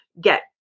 get